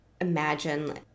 imagine